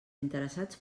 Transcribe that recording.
interessats